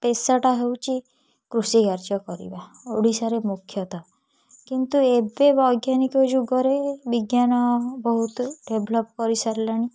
ପେଶାଟା ହେଉଛି କୃଷି କାର୍ଯ୍ୟ କରିବା ଓଡ଼ିଶାରେ ମୁଖ୍ୟତଃ କିନ୍ତୁ ଏବେ ବୈଜ୍ଞାନିକ ଯୁଗରେ ବିଜ୍ଞାନ ବହୁତ ଡେଭଲପ୍ କରିସାରିଲାଣି